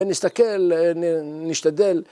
נסתכל, נשתדל